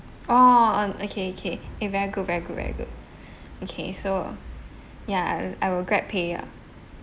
oh on~ okay okay eh very good very good very good okay so ya I I will GrabPay ah